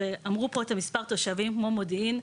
ואמרו פה את מספר התושבים, כמו מודיעין,